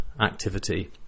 activity